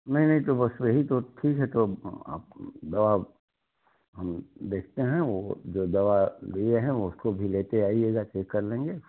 नहीं नहीं तो बस वही तो ठीक है तो हम दवा हम देखते हैं वह जो दवा दिए हैं उसको भी लेते आइएगा चेक कर लेंगे